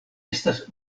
estas